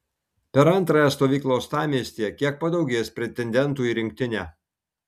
per antrąją stovyklą uostamiestyje kiek padaugės pretendentų į rinktinę